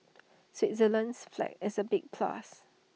Switzerland's flag is A big plus